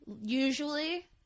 usually